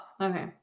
okay